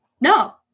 no